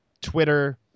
Twitter